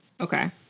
Okay